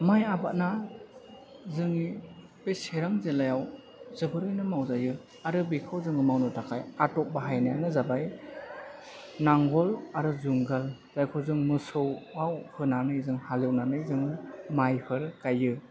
माइ आबादना जोंनि बे चिरां जिल्लायाव जोबोरैनो मावजायो आरो बेखौ जोङो मावनो थाखाय आदब बाहायनायानो जाबाय नांगोल आरो जुंगाल जायखौ जों मोसौ आव होनानै जों हालेवनानै जों मायफोर गायो